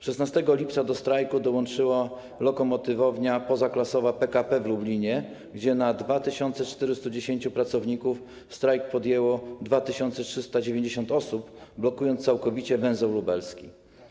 16 lipca do strajku dołączyła Lokomotywownia Pozaklasowa PKP w Lublinie, w której na 2410 pracowników strajk podjęło 2390 osób, blokując całkowicie węzeł lubelski.